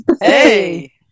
Hey